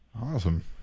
awesome